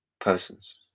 persons